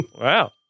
Wow